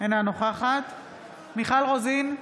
אינה נוכחת מיכל רוזין,